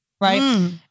Right